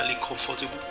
comfortable